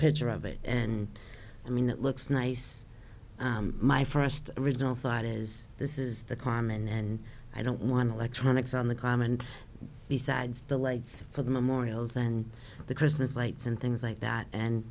picture of it and i mean it looks nice my first original thought is this is the carmen and i don't want to let tronics on the climb and besides the lights for the memorials and the christmas lights and things like that and